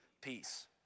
peace